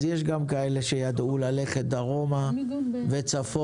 אז יש גם כאלה שידעו ללכת דרומה וצפונה.